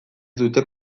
dute